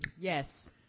Yes